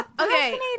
Okay